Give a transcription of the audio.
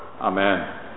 Amen